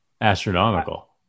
astronomical